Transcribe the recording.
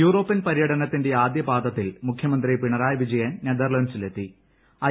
European പര്യടനത്തിന്റെ ആദ്യപാദത്തിൽ മുഖ്യമന്ത്രി പിണറായിവിജ്യൻ നെതർലന്റ്സിലെത്തി ഐ